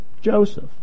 Joseph